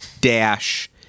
dash